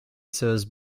says